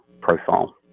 profile